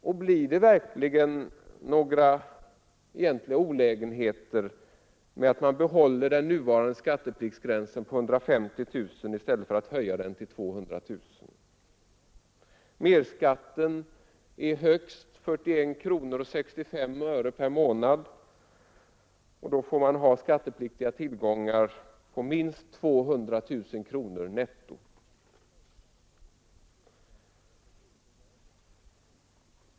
Och blir det några egentliga olägenheter om man behåller den nuvarande skattepliktsgränsen 150 000 kronor i stället för att höja den till 200 000 kronor? Merskatten är högst 41:65 kronor per månad, och då måste man ha skattepliktiga tillgångar på minst 200 000 kronor netto.